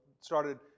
started